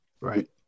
Right